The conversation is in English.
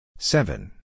Seven